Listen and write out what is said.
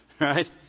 Right